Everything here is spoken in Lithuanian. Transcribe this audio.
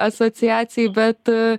asociacijai bet